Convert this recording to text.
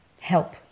help